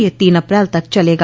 यह तीन अप्रैल तक चलेगा